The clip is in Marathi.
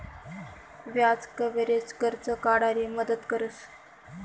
व्याज कव्हरेज, कर्ज काढाले मदत करस